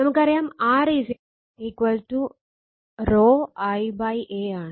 നമുക്കറിയാം R rho l A ആണ്